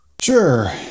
Sure